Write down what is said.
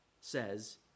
says